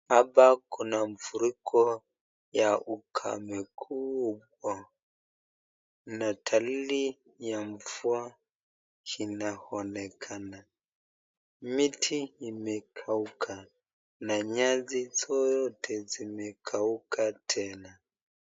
Hapa kuna mfuriko ya ukame kubwa na dalili ya mvua inaonekana. Miti imekauka na nyasi zote zimekauka tena.